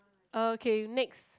okay next